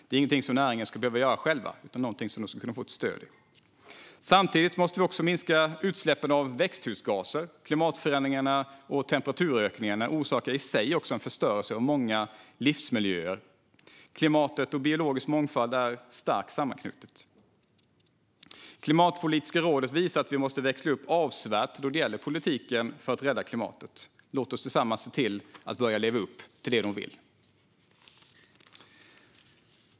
Det är ingenting som näringen ska behöva göra själv, utan den ska få stöd. Samtidigt måste vi också minska utsläppen av växthusgaser. Klimatförändringarna och temperaturökningarna orsakar i sig en förstörelse av många livsmiljöer. Klimatet och biologisk mångfald är starkt sammanknutet. Klimatpolitiska rådet visar att vi måste växla upp avsevärt då det gäller politiken för att rädda klimatet. Låt oss tillsammans börja leva upp till vad de vill.